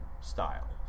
style